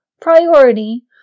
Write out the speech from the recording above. priority